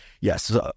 yes